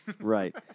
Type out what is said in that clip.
Right